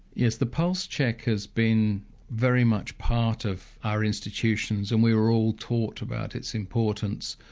yes, the pulse check has been very much part of our institutions and we were all taught about its importance,